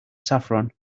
saffron